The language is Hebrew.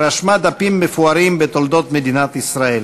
רשמה דפים מפוארים בתולדות מדינת ישראל.